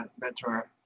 mentor